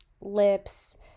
lips